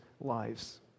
lives